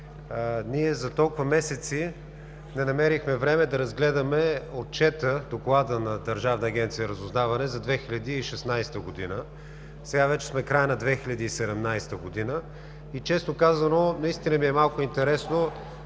за толкова месеци не намерихме време да разгледаме отчета, Доклада на Държавна агенция „Разузнаване“ за 2016 г. Сега вече сме края на 2017 г. и, честно казано, наистина ми е малко интересно,